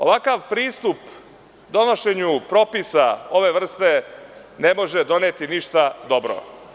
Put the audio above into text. Ovakav pristup donošenju propisa ove vrste ne može doneti ništa dobro.